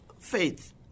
faith